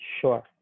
Sure